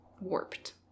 warped